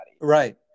Right